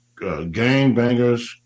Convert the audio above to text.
gangbangers